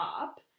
up